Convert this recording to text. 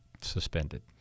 suspended